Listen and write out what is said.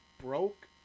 broke